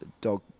dog